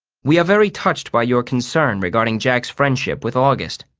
we are very touched by your concern regarding jack's friendship with august.